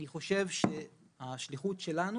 אני חושב שהשליחות שלנו